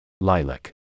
Lilac